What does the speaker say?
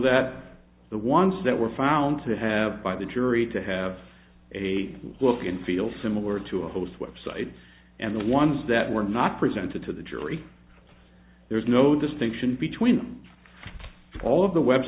that the ones that were found to have by the jury to have a look and feel similar to a host website and the ones that were not presented to the jury so there's no distinction between all of the